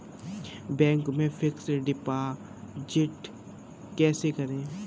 Bank में fix deposit कैसे करें?